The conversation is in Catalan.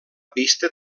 pista